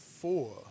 four